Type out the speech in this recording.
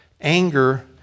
anger